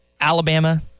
Alabama